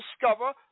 discover